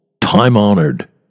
time-honored